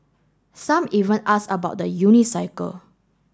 some even ask about the unicycle